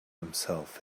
himself